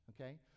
okay